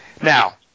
Now